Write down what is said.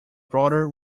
broader